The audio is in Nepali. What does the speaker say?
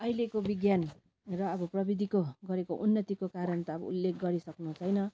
अहिलेको विज्ञान र अब प्रविधिको गरेको उन्नतिको कारण त अब उल्लेख गरिसक्नु छैन